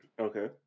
Okay